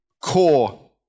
core